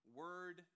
word